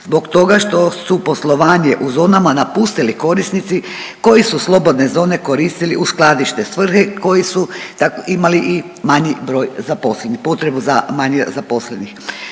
zbog toga što su poslovanje u zonama napustili korisnici koji su slobodne zone koristili u skladišne svrhe, koji su imali i manji broj zaposlenih, potrebu za manje zaposlenih.